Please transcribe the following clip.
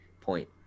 point